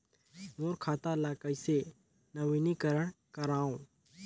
मोर खाता ल कइसे नवीनीकरण कराओ?